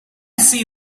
see